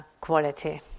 quality